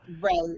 right